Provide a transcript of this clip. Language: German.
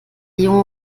junge